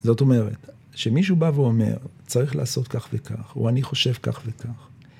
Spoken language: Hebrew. זאת אומרת, שמישהו בא ואומר, צריך לעשות כך וכך, או אני חושב כך וכך.